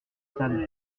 table